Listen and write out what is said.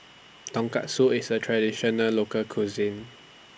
Tonkatsu IS A Traditional Local Cuisine